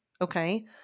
okay